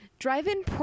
drive-in